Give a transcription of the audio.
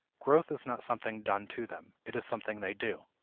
growth is not something done to them it is something they do.